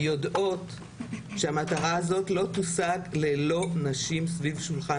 יודעות שהמטרה הזאת לא תושג ללא נשים סביב שולחן